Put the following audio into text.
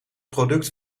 product